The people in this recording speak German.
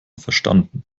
verstanden